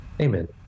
Amen